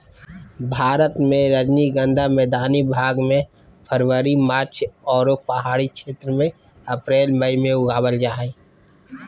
भारत मे रजनीगंधा मैदानी भाग मे फरवरी मार्च आरो पहाड़ी क्षेत्र मे अप्रैल मई मे लगावल जा हय